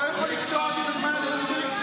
אתה לא יכול לקטוע אותי בזמן הנאום שלי.